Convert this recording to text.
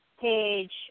page